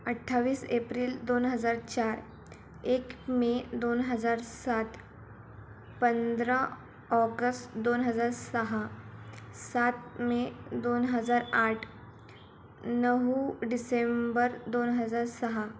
अठ्ठावीस एप्रिल दोन हजार चार एक मे दोन हजार सात पंधरा ऑगस्ट दोन हजार सहा सात मे दोन हजार आठ नऊ डिसेंबर दोन हजार सहा